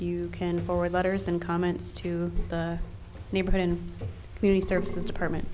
you can forward letters and comments to the neighborhood and community services department